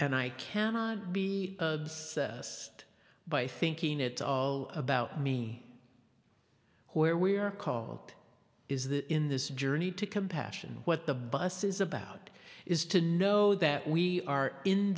and i cannot be obsessed by thinking it's all about me who are we are called is that in this journey to compassion what the bus is about is to know that we are in